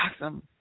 awesome